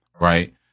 right